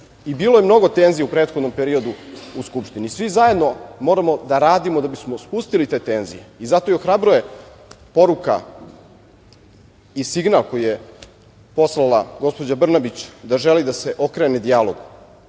je mnogo tenzije u prethodnom periodu u Skupštini. Svi zajedno moramo da radimo da bi smo spustili te tenzije. Zato i ohrabruje poruka i signal koji je poslala gospođa Brnabić da želi da se okrene dijalogu.